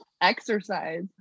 exercise